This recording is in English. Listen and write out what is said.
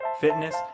fitness